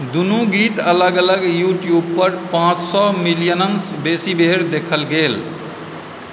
दुनू गीत अलग अलग यू ट्यूब पर पाँच सए मिलियन सँ बेसी बेर देखल गेल